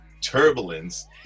turbulence